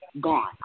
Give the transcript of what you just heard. gone